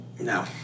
No